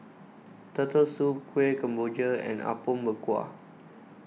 Turtle Soup Kueh Kemboja and Apom Berkuah